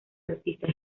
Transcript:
artistas